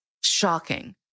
shocking